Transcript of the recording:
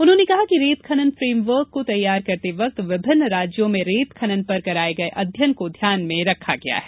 उन्होंन कहा रेत खनन फेमवर्क को तैयार करते वक्त विभिन्न राज्यों में रेत खनन पर कराये गये अध्ययन को ध्यान में रखा गया है